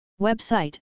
Website